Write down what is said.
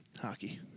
Hockey